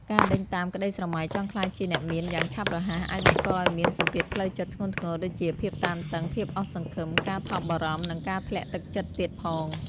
ការដេញតាមក្តីស្រមៃចង់ក្លាយជាអ្នកមានយ៉ាងឆាប់រហ័ស អាចបង្កឱ្យមានសម្ពាធផ្លូវចិត្តធ្ងន់ធ្ងរ ដូចជាភាពតានតឹង ភាពអស់សង្ឃឹម ការថប់បារម្ភ និងការធ្លាក់ទឹកចិត្តទៀតផង។